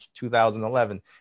2011